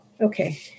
okay